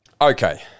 Okay